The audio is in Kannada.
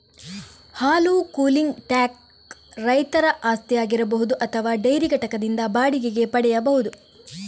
ಹಾಲು ಕೂಲಿಂಗ್ ಟ್ಯಾಂಕ್ ರೈತರ ಆಸ್ತಿಯಾಗಿರಬಹುದು ಅಥವಾ ಡೈರಿ ಘಟಕದಿಂದ ಬಾಡಿಗೆಗೆ ಪಡೆಯಬಹುದು